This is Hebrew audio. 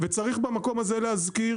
וצריך במקום הזה להזכיר